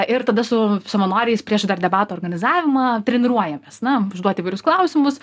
ir tada su savanoriais prieš dar debatų organizavimą treniruojamės na užduoti įvairius klausimus